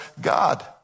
God